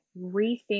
rethink